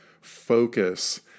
focus